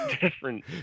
different